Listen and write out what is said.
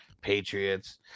Patriots